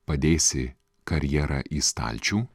padėsi karjera į stalčių